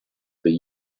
they